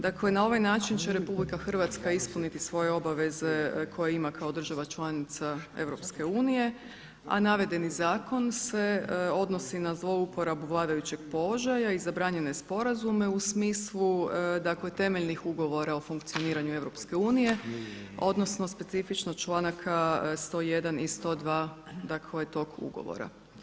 Dakle, na ovaj način će Republika Hrvatska ispuniti svoje obaveze koje ima kao država članica EU, a navedeni zakon se odnosi na zlouporabu vladajućeg položaja i zabranjene sporazume u smislu, dakle temeljnih ugovora o funkcioniranju EU, odnosno specifičnost članaka 101. i 102. dakle tog ugovora.